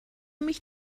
mich